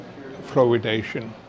fluoridation